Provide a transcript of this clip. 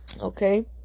Okay